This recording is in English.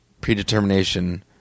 predetermination